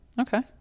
okay